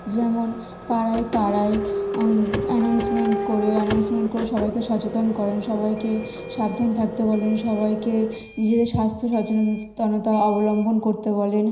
যেমন পাড়ায় পাড়ায় অ্যানাউন্সমেন্ট করে অ্যানাউন্সমেন্ট করে সবাইকে সচেতন করেন সবাইকে সাবধান থাকতে বলেন সবাইকে নিজেদের স্বাস্থ্য সচেতনতা অবলম্বন করতে বলেন